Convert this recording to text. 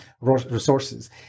resources